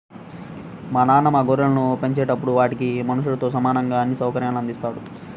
మా నాన్న మా గొర్రెలను పెంచేటప్పుడు వాటికి మనుషులతో సమానంగా అన్ని సౌకర్యాల్ని అందిత్తారు